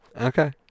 Okay